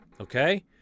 Okay